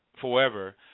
forever